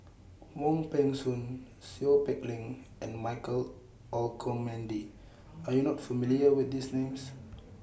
Wong Peng Soon Seow Peck Leng and Michael Olcomendy Are YOU not familiar with These Names